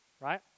Right